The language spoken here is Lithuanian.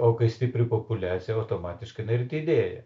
o kai stipri populiacija automatiškai jinai ir didėja